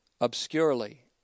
obscurely